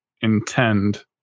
intend